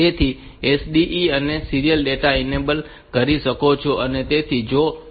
તેથી SDE ને તમે સીરીયલ ડેટા ઇનેબલ કહી શકો છો